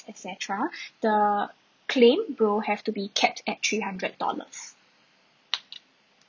et cetera the claim will have to be capped at three hundred dollars